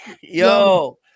Yo